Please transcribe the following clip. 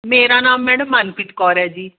ਮੇਰਾ ਨਾਮ ਮੈਡਮ ਮਨਪ੍ਰੀਤ ਕੌਰ ਹੈ ਜੀ